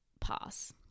pass